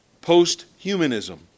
post-humanism